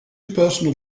personal